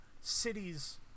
cities